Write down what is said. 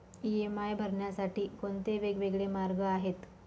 EMI भरण्यासाठी कोणते वेगवेगळे मार्ग आहेत?